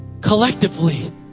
collectively